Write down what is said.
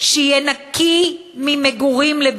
שיהיה נקי מבנייה למגורים,